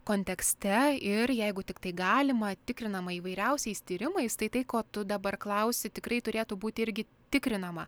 kontekste ir jeigu tiktai galima tikrinama įvairiausiais tyrimais tai tai ko tu dabar klausi tikrai turėtų būti irgi tikrinama